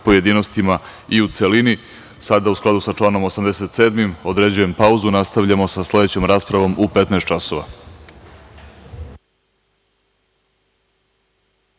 pojedinostima i u celini. Sada u skladu sa članom 87. određujem pauzu. Nastavljamo sa sledećom raspravom u 15.00